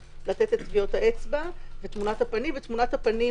לתת את טביעות האצבע ותמונת הפנים,